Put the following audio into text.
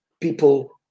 people